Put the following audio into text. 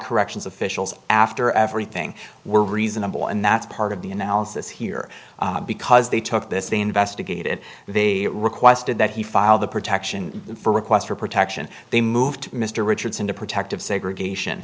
corrections officials after everything were reasonable and that's part of the analysis here because they took this they investigated they requested that he file the protection for requests for protection they moved mr richardson to protective segregation